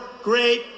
great